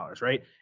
right